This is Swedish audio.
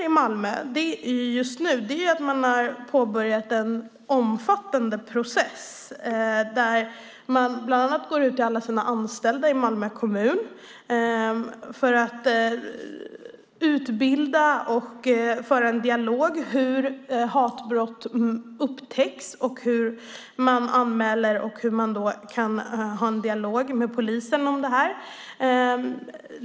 I Malmö har man påbörjat en omfattande process där man bland annat går ut till alla anställda i Malmö kommun för att utbilda och föra en dialog om hur hatbrott upptäcks och anmäls och hur man kan ha en dialog med polisen om detta.